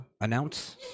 announce